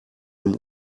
dem